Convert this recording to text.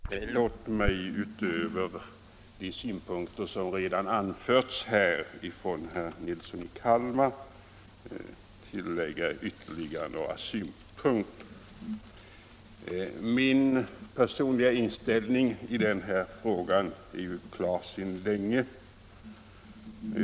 Herr talman! Låt mig tillägga ytterligare några synpunkter utöver dem som redan anförts av herr Nilsson i Kalmar. Min personliga inställning i denna fråga är klar sedan länge.